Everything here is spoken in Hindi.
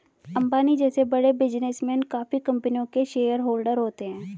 अंबानी जैसे बड़े बिजनेसमैन काफी कंपनियों के शेयरहोलडर होते हैं